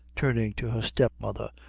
turning to her step-mother,